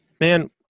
man